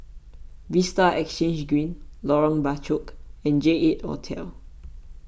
Vista Exhange Green Lorong Bachok and J eight Hotel